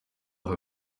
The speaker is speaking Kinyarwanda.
aka